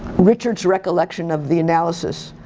richard's recollection of the analysis.